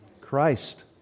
Christ